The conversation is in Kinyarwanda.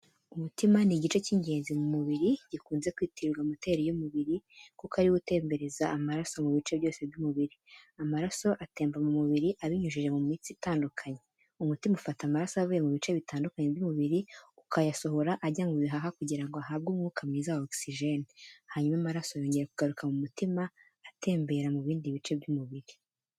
Umutima ni igice cy’ingenzi mu mubiri gikunze kwitirirwa moteri y’umubiri, kuko ari wo utembereza amaraso mu bice byose by’umubiri. Amaraso atemba mu mubiri abinyujije mu mitsi itandukanye, umutima ufata amaraso avuye mu bice bitandukanye by’umubiri ukayasohora ajya mu bihaha kugira ngo ahabwe umwuka mwiza wa oxygen, hanyuma amaraso yongera kugaruka mu mutima atembere mu bindi bice by’umubiri.